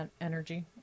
energy